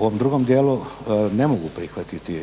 ovom drugom dijelu ne mogu prihvatiti